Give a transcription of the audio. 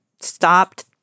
stopped